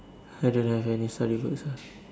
I don't have any story books ah